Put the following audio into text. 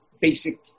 basic